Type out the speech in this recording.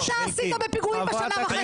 מה אתה עשית בפיגועים בשנה וחצי האחרונות?